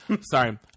Sorry